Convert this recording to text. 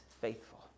faithful